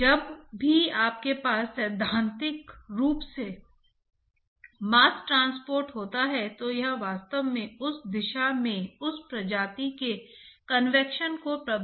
इसका एक उत्कृष्ट उदाहरण कोलेस्ट्रॉल है जो रक्त परिसंचरण प्रणाली की धमनियों में जमा हो जाता है